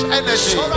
energy